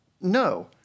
no